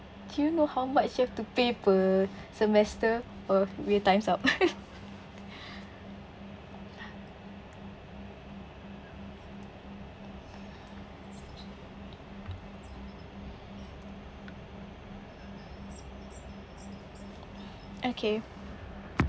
do you know how much you have to pay per semester oh we time's up okay